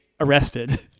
arrested